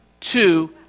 two